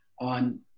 on